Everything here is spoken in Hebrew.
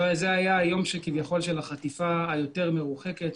זה היה היום של החטיפה היותר מרוחקת,